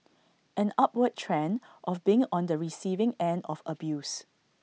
an upward trend of being on the receiving end of abuse